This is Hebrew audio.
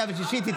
שנייה ושלישית.